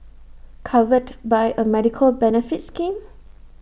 covered by A medical benefits scheme